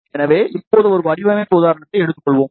எனவே இப்போது ஒரு வடிவமைப்பு உதாரணத்தை எடுத்துக் கொள்வோம்